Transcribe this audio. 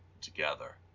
together